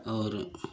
और